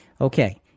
Okay